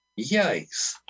Yikes